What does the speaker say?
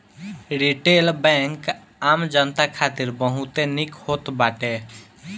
retail bank आम जनता खातिर बहुते निक होत बाटे